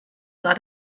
sah